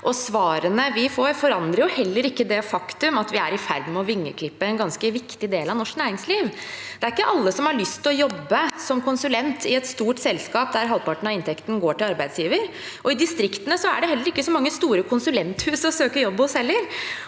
– Ordinær spørretime 3629 vingeklippe en ganske viktig del av norsk næringsliv. Det er ikke alle som har lyst til å jobbe som konsulent i et stort selskap der halvparten av inntekten går til arbeidsgiver, og i distriktene er det ikke så mange store konsulenthus å søke jobb hos heller.